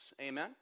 Amen